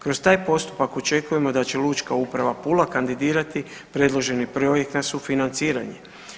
Kroz taj postupak očekujemo da će Lučka uprava Pula kandidirati predloženi projekt na sufinanciranje.